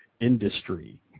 industry